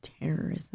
terrorism